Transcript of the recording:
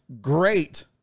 great